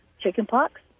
chickenpox